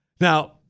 Now